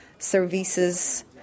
services